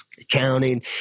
accounting